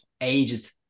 ages